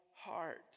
heart